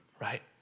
right